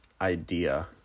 idea